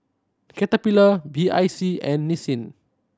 Caterpillar B I C and Nissin